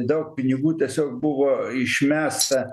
daug pinigų tiesiog buvo išmesta